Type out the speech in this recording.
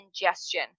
ingestion